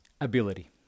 ability